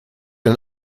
ein